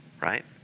Right